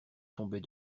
tombait